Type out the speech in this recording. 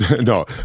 No